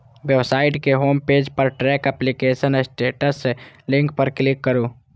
website के home page पर track application status link पर क्लिक करू